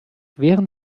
während